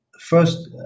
first